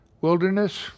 wilderness